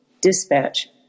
dispatch